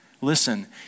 listen